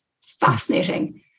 fascinating